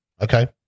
Okay